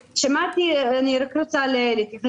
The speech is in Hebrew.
גפני, רק תסמן לי שאני יכול להמשיך.